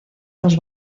los